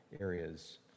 areas